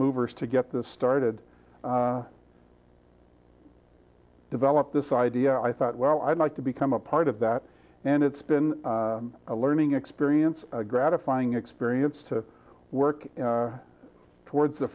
movers to get this started developed this idea i thought well i'd like to become a part of that and it's been a learning experience a gratifying experience to work towards the